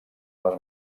les